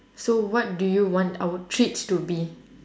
so what do you want our treats to be